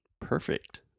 Perfect